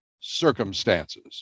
circumstances